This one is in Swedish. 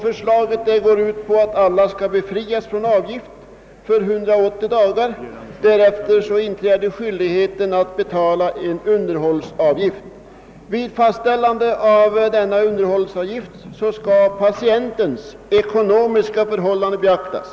Förslaget går ut på att alla skall befrias från avgift för 180 dagar; därefter inträder skyldighet att betala en underhållsavgift. Vid fastställandet av denna underhållsavgift skall patien tens ekonomiska förhållanden beaktas.